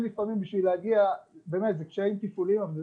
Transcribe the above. לפעמים בשביל להגיע באמת כשאין טיפולים.